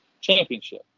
championship